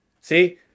See